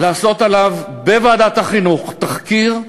לעשות עליו בוועדת החינוך תחקיר,